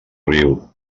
riu